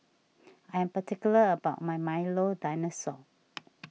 I am particular about my Milo Dinosaur